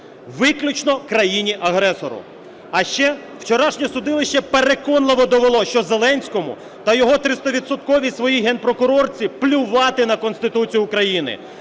Виключно країні-агресору. А ще вчорашнє судилище переконливо довело, що Зеленському та його триставідсотковій своїй Генпрокурорці плювати на Конституцію України.